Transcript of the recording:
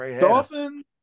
Dolphins